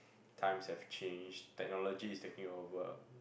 times have changed technology is taking over